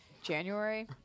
January